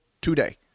today